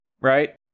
right